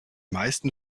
meisten